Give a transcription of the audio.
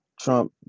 Trump